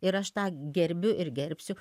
ir aš tą gerbiu ir gerbsiu